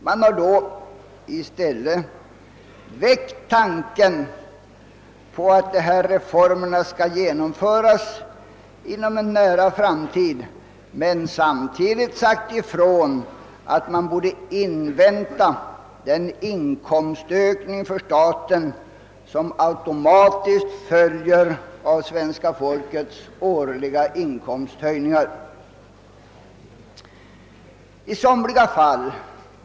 Man har då i. stället väckt tanken att dessa reformer skall genomföras inom en nära framtid men samtidigt sagt ifrån att man borde invänta den inkomstökning för staten, som automatiskt följer av svenska folkets årliga inkomsthöjningar. I somliga fall.